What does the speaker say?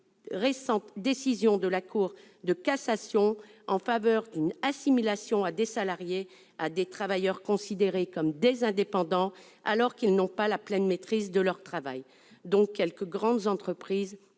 récents arrêts de la Cour de cassation, en faveur d'une assimilation à des salariés de ces travailleurs considérés comme des indépendants alors qu'ils n'ont pas la pleine maîtrise de leur travail, ce dont quelques grandes entreprises